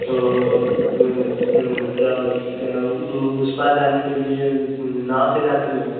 तो क्या बोलते हैं वह उसका जाने के लिए नाव से जाती हैं